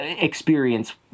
experience